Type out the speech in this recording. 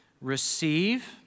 receive